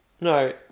No